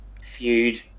feud